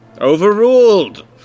Overruled